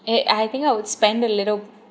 eh I think I would spend a little